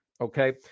okay